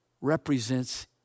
represents